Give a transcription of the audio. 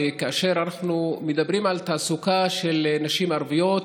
וכאשר אנחנו מדברים על תעסוקה של נשים ערביות,